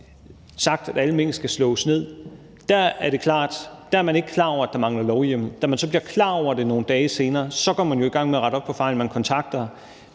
sagt, at alle mink skal slås ned, er det klart, at der er man ikke klar over, at der mangler lovhjemmel. Da man så bliver klar over det nogle dage senere, går man jo i gang med at rette op på fejlen. Man kontakter